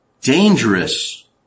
dangerous